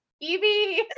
Evie